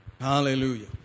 Hallelujah